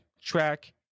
track